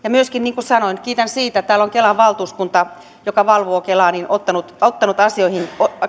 myöskin niin kuin sanoin kiitän siitä että täällä on kelan valtuuskunta joka valvoo kelaa ottanut ottanut asioihin